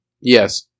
Yes